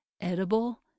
edible